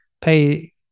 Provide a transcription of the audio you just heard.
pay